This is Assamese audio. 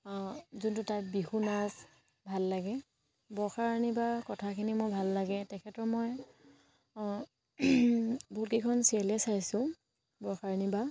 যোনটো তাইৰ বিহু নাচ ভাল লাগে বৰ্ষাৰাণী বাৰ কথাখিনি মোৰ ভাল লাগে তেখেতৰ মই বহুত এখন চিৰিয়েলে চাইছোঁ বৰ্ষাৰাণী বা